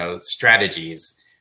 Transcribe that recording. strategies